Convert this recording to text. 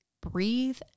breathe